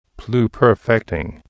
pluperfecting